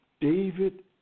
David